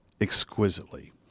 exquisitely